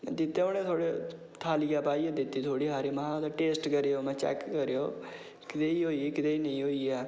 ते दित्ते उनें थोह्ड़े थाल्लियै पाइयै दित्ते उनें गी थोह्ड़े हारे में हा टेस्ट करेओ चैक करेओ कदेही होई कदेही नेईं होई ऐ